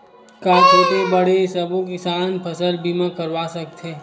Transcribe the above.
का छोटे बड़े सबो किसान फसल बीमा करवा सकथे?